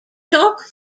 chalk